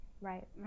Right